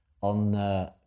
on